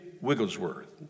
Wigglesworth